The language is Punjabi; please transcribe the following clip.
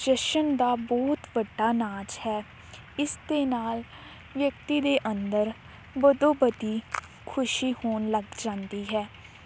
ਜਸ਼ਨ ਦਾ ਬਹੁਤ ਵੱਡਾ ਨਾਚ ਹੈ ਇਸ ਦੇ ਨਾਲ ਵਿਅਕਤੀ ਦੇ ਅੰਦਰ ਬਦੋ ਬਦੀ ਖੁਸ਼ੀ ਹੋਣ ਲੱਗ ਜਾਂਦੀ ਹੈ